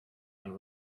and